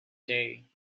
day